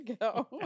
go